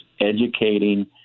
educating